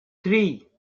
three